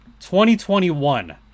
2021